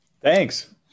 Thanks